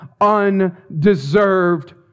undeserved